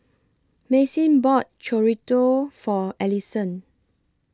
Maxine bought Chorizo For Ellison